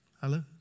Hello